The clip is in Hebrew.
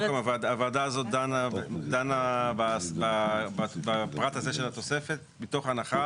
הוועדה הזאת דנה בפרט הזה של התוספת מתוך הנחה